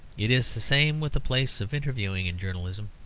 it is the same with the place of interviewing in journalism.